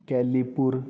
Kailipur